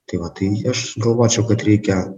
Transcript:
tai va tai aš galvočiau kad reikia